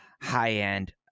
high-end